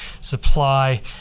supply